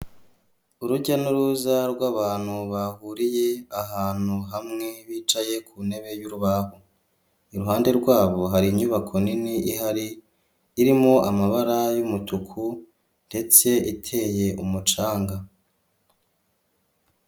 Urujya n'uruza rw'abantu bahuriye ahantu hamwe, bicaye ku ntebe y'urubaho, iruhande rwabo hari inyubako nini ihari, irimo amabara y'umutuku ndetse iteye umucanga.